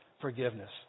forgiveness